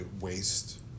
waste